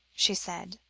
she said.